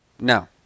No